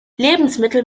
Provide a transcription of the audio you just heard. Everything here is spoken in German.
lebensmittel